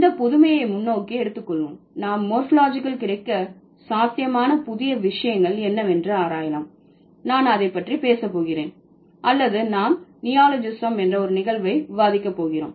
இந்த புதுமையை முன்னோக்கி எடுத்து கொள்வோம் நாம் மோர்பாலஜிகல் கிடைக்க சாத்தியமான புதிய விஷயங்கள் என்ன என்று ஆராயலாம் நான் அதை பற்றி பேச போகிறேன் அல்லது நாம் நியோலோஜிஸம் என்ற ஒரு நிகழ்வை விவாதிக்க போகிறோம்